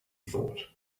thought